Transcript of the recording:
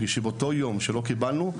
מפני שביום בו לא קיבלנו,